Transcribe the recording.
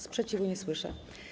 Sprzeciwu nie słyszę.